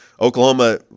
Oklahoma